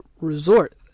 resort